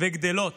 וגדלות